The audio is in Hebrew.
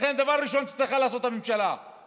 לכן הדבר הראשון שצריכה לעשות הממשלה הוא